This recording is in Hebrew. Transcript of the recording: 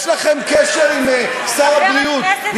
יש לכם קשר עם שר הבריאות,